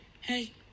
Hey